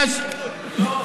לא,